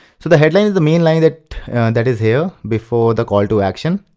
so the headline is the main line that that is here, before the call to action.